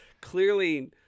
clearly